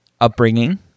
upbringing